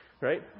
Right